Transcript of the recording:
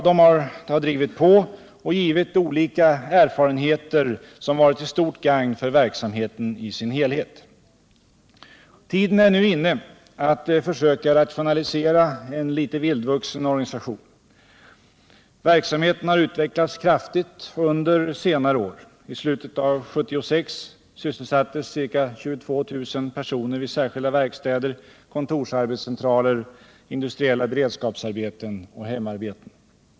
De har drivit på och givit olika erfarenheter som varit till stort gagn för verksamheten i sin helhet. Tiden är nu inne att försöka rationalisera en litet vildvuxen organisation. Verksamheten har utvecklats kraftigt under senare år. I slutet av 1976 sysselsattes ca 22 000 personer vid särskilda verkstäder, kontorsarbetscentraler, industriella beredskapsarbeten och hemarbeten.